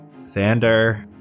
Xander